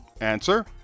Answer